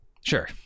Sure